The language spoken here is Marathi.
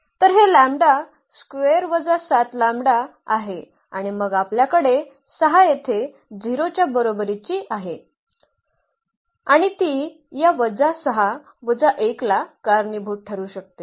तर हे लंबडा स्क्वेअर वजा 7 लॅंबडा आहे आणि मग आपल्याकडे 6 येथे 0 च्या बरोबरीची आहे आणि ती या वजा 6 वजा 1 ला कारणीभूत ठरू शकते